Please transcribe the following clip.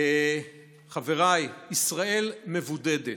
חבריי, ישראל מבודדת.